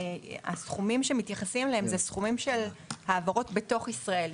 הסכומים שמתייחסים אליהם אלה סכומים של העברות בתוך ישראל,